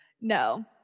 No